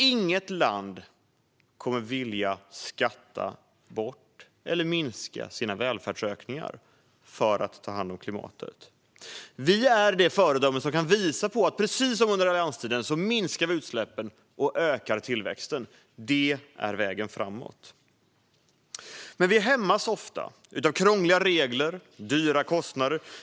Inget land kommer att vilja skatta bort eller minska sina välfärdsökningar för att ta hand om klimatet. Vi ska vara det föredöme som visar att vi minskar utsläppen och ökar tillväxten - precis som under allianstiden. Det är vägen framåt. Vi hämmas dock ofta av krångliga regler och höga kostnader.